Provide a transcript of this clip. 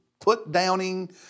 put-downing